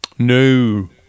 No